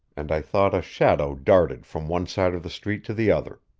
and i thought a shadow darted from one side of the street to the other.